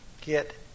get